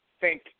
thank